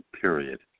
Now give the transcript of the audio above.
period